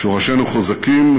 שורשינו חזקים,